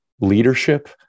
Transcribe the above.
leadership